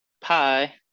Pi